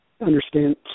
understand